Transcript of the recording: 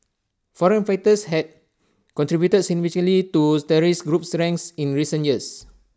foreign fighters have contributed significantly to terrorist group's ranks in recent years